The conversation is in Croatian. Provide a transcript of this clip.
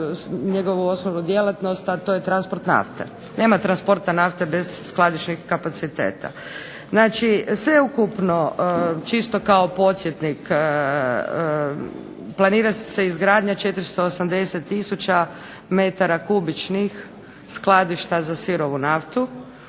njegovu osnovnu djelatnost, a to je transport nafte. Nema transporta nafte bez skladišnih kapaciteta. Znači sveukupno čisto kao posjetnik, planira se izgradnja 480 tisuća metara kubičnih skladišta za sirovu naftu,